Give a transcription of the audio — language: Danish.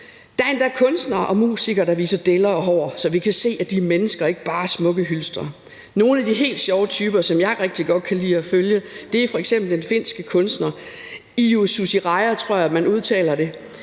Der er endda kunstnere og musikere, der viser deller og hår, så vi kan se, at de er mennesker og ikke bare smukke hylstre. Nogle af de helt sjove typer, som jeg rigtig godt kan lide at følge, er f.eks. den finske kunstner Iiu Susiraja, tror jeg man udtaler det.